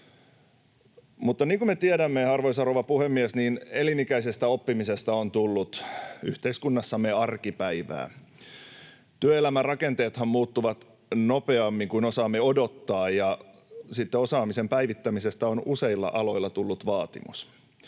Mutta niin kuin me tiedämme, arvoisa rouva puhemies, elinikäisestä oppimisesta on tullut yhteiskunnassamme arkipäivää. Työelämän rakenteethan muuttuvat nopeammin kuin osaamme odottaa, ja osaamisen päivittämisestä on useilla aloilla tullut vaatimus.